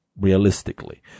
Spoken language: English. realistically